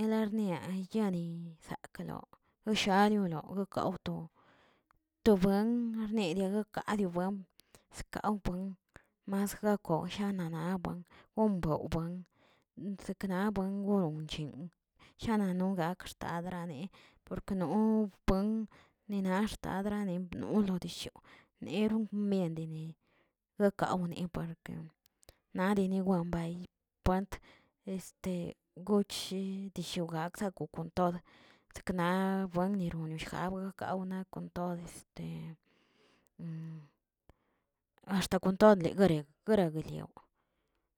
Enlarniari yani zakꞌlo- lo shayolio likawto to buen arnirio rarkadio buen skawbuen, masjako shanana buen gombo buen seknabuen gono chin shana no gak xtadrane porque no puen ni naxtadrani lodishoꞌo nero miendeni guekawni por ke nadiri buen bay pant este gotshi dishi kokgza gokan tod sekna buennirona shjabue kaubuen kon tod' este axta kon todo leguerek legueliaw,